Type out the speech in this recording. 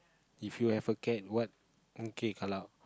If you had a cat what